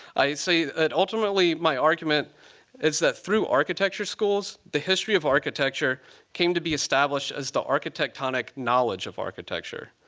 i say that ultimately my argument is that through architecture schools, the history of architecture came to be established as the architectonic knowledge of architecture.